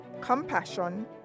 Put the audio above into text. compassion